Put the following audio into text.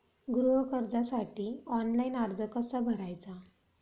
गृह कर्जासाठी ऑनलाइन अर्ज कसा भरायचा?